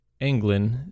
England